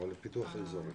כלומר לפיתוח אזורי.